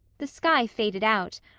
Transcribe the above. the sky faded out,